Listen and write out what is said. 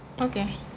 Okay